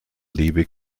liebe